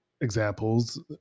examples